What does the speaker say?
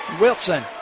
Wilson